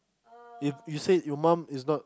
if you said your mum is not